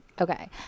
Okay